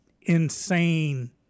insane